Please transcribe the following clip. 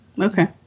Okay